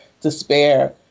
despair